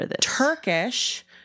Turkish